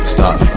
Stop